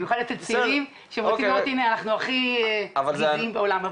במיוחד אצל צעירים שרוצים להראות שהם הכי "גזעיים" בעולם.